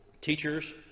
teachers